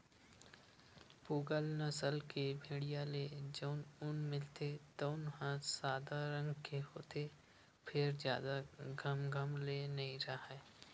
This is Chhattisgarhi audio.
पूगल नसल के भेड़िया ले जउन ऊन मिलथे तउन ह सादा रंग के होथे फेर जादा घमघम ले नइ राहय